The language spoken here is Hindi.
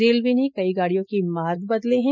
रेलवे ने कई गाडियों के मार्ग बदले हैं